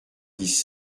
dix